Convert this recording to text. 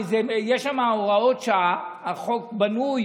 הרי יש שם הוראות שעה, החוק בנוי